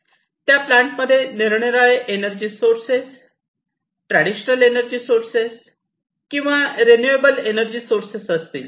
त्या प्लांट मध्ये निरनिराळे energy sources traditional energy sources किंवा रिन्यूवेबल एनर्जी सोर्सेस असतील